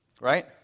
Right